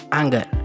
anger